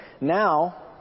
Now